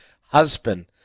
husband